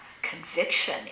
conviction